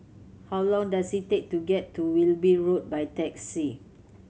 how long does it take to get to Wilby Road by taxi